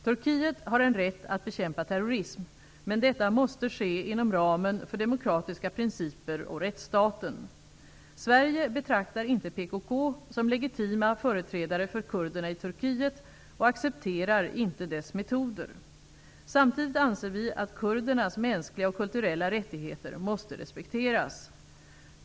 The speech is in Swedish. Turkiet har en rätt att bekämpa terrorism, men detta måste ske inom ramen för demokratiska principer och rättsstaten. Sverige betraktar inte PKK som legitim företrädare för kurderna i Turkiet och accepterar inte dess metoder. Samtidigt anser vi att kurdernas mänskliga och kulturella rättigheter måste respekteras.